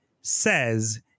says